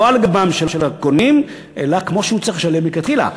לא על גבם של הקונים אלא כמו שהוא צריך לשלם מלכתחילה.